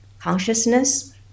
consciousness